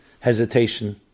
hesitation